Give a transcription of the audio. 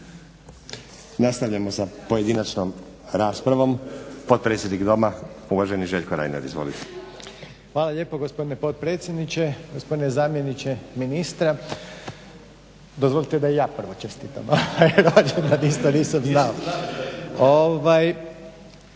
Nastavljamo sa pojedinačnom raspravom. Potpredsjednik Doma, uvaženi Željko Reiner. Izvolite. **Reiner, Željko (HDZ)** Hvala lijepo gospodine potpredsjedniče. Gospodine zamjeniče ministra. Dozvolite da i ja prvo čestitam rođendan, isto nisam znao. Prvo